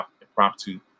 impromptu